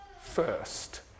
first